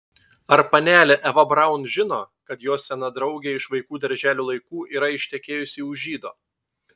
ar panelė eva braun žino kad jos sena draugė iš vaikų darželio laikų yra ištekėjusi už žydo